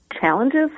challenges